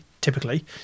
typically